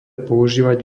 používať